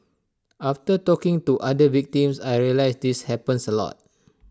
after talking to other victims I realised this happens A lot